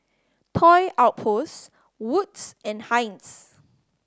Toy Outpost Wood's and Heinz